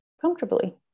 comfortably